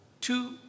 two